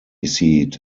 seat